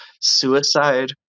suicide